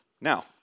Now